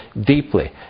deeply